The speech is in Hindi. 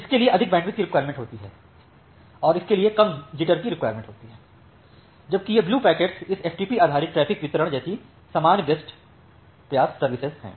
इसके लिए अधिक बैंडविड्थ की रिक्वायरमेंट होती है और इसके लिए कम जिटर की रिक्वायरमेंट होती है जबकि यह ब्लू पैकेट्स इस एफटीपी आधारित ट्रैफिक वितरण जैसी सामान्य बेस्ट प्रयास सर्विसएं हैं